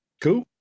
Cool